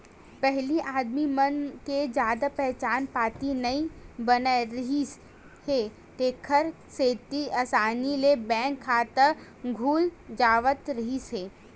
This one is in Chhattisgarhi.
पहिली आदमी मन के जादा पहचान पाती नइ बने रिहिस हे तेखर सेती असानी ले बैंक खाता खुल जावत रिहिस हे